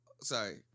Sorry